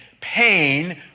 pain